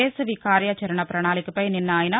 వేసవి కార్యాచరణ పణాళికపై నిన్న ఆయన